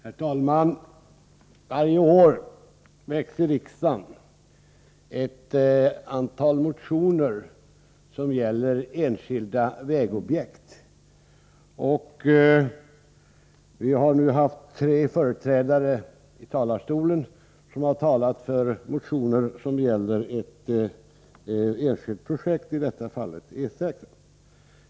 Herr talman! Varje år väcks i riksdagen ett antal motioner som gäller enskilda vägobjekt. Vi har nu i talarstolen haft tre företrädare som talat för motioner som gäller ett enskilt projekt, i detta fall E 6.